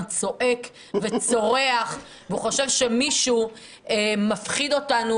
צועק וצורח והוא חושב שמישהו מפחיד אותנו,